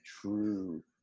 true